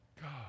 God